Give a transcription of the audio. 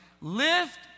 lift